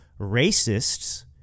racists